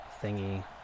thingy